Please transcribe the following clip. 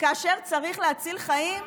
כאשר צריך להציל חיים?